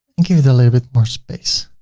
and give it a little bit more space.